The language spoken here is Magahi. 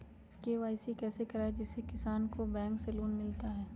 के.सी.सी कैसे कराये जिसमे किसान को बैंक से लोन मिलता है?